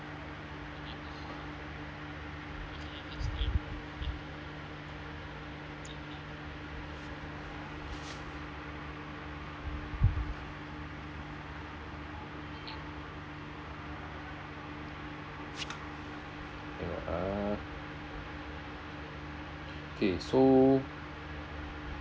eh uh okay so